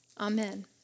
Amen